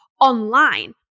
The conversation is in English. online